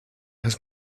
las